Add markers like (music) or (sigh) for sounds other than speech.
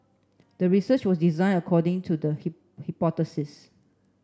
the research was design according to the (unintelligible)